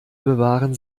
bewahren